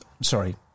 Sorry